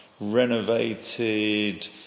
renovated